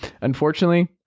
unfortunately